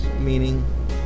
Meaning